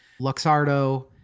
Luxardo